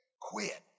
quit